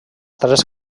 tres